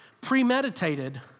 premeditated